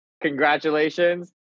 Congratulations